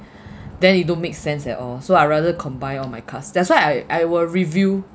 then it don't make sense at all so I rather combine all my cards that's why I I will review